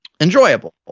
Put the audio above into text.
enjoyable